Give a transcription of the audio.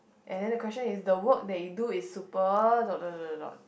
and then the question is the work that you do is super dot dot dot dot dot